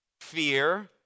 fear